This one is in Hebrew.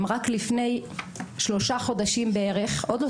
רק לפני שלושה חודשים בערך הן עוד לא